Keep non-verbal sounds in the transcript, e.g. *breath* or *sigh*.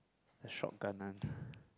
the shotgun one *breath*